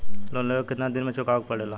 Loan लेवे के कितना दिन मे चुकावे के पड़ेला?